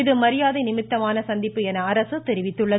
இது மரியாதை நிமித்தமான சந்திப்பு என அரசு தெரிவித்துள்ளது